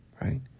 Right